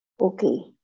okay